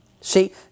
See